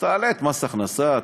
תעלה את מס הכנסה,